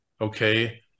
okay